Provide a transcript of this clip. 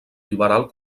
liberal